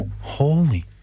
Holy